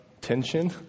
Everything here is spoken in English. tension